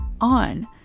on